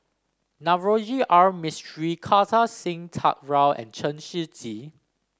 Navroji R Mistri Kartar Singh Thakral and Chen Shiji